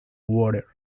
water